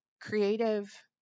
creative